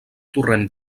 torrent